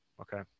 okay